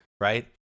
right